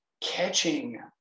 catching